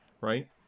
right